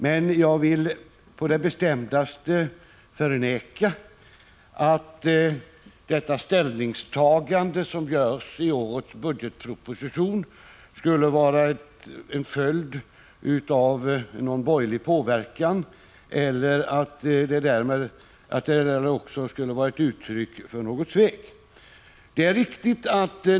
Men jag vill på det bestämdaste förneka att det ställningstagande som görs i årets budgetproposition skulle vara en följd av någon borgerlig påverkan eller att det skulle vara ett uttryck för något svek.